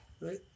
right